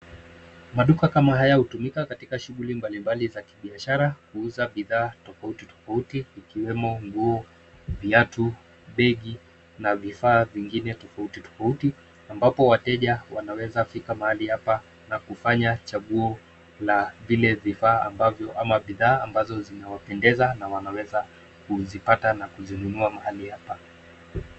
Maduka kama haya hutumika katika shughuli mbalimbali za kibiashara kuuza bidhaa tofauti tofauti ikiwemo nguo, viatu, begi na vifaa vingine tofauti tofauti ambapo wateja wanaweza fika mahali hapa na kufanya chaguo la vile vifaa am ambavyo ama bidhaa ambazo zimewapendeza wanaweza kuzipata na kuzinunua mahali hapa.